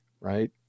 right